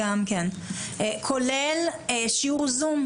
כולל שיעור זום,